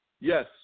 Yes